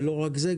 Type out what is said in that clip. ולא רק זה,